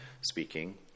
speaking